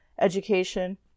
education